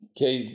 Okay